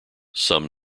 some